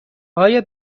آیا